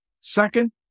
second